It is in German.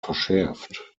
verschärft